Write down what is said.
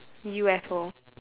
U_F_O